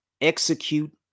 execute